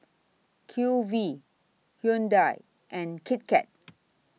Q V Hyundai and Kit Kat